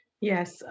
yes